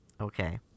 Okay